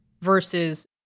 versus